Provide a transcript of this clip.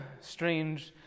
strange